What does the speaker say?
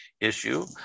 issue